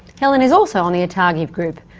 helen is also on the atagi group.